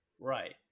Right